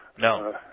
No